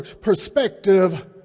perspective